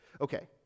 Okay